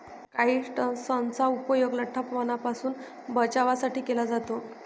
काइट्सनचा उपयोग लठ्ठपणापासून बचावासाठी केला जातो